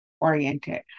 oriented